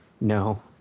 no